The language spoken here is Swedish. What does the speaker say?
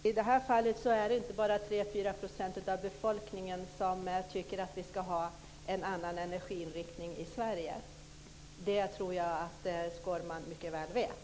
Fru talman! I det här fallet är det inte bara 3-4 % av befolkningen som tycker att vi ska ha en annan eneriinriktning i Sverige. Det tror jag att Skårman mycket väl vet.